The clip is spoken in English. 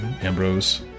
Ambrose